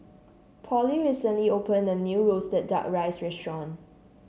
Polly recently opened a new roasted Duck Rice Restaurant